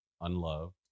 unloved